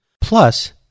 plus